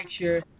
sure